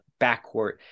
backcourt